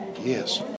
Yes